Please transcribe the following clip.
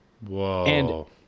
Whoa